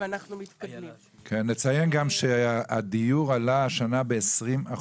נציין גם שהדיור עלה השנה ב-20%.